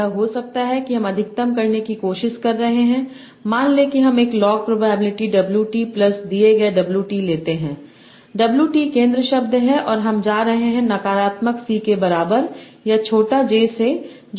यह हो सकता है कि हम अधिकतम करने की कोशिश कर रहे हैं मान लें कि हम एक लॉग प्रोबिलिटी Wt प्लस दिए गए Wt लेते हैं Wt केंद्र शब्द है और हम जा रहे हैं नकारात्मक c के बराबर या छोटा j से जो बराबर है c के